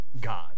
God